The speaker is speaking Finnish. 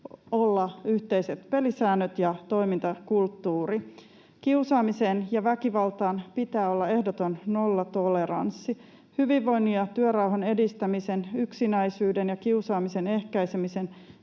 olla yhteiset pelisäännöt ja toimintakulttuuri. Kiusaamiseen ja väkivaltaan pitää olla ehdoton nollatoleranssi. Hyvinvoinnin ja työrauhan edistämisen, yksinäisyyden ja kiusaamisen ehkäisemisen